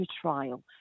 trial